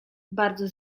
bardzo